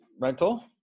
rental